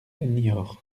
niort